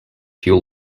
fuel